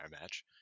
match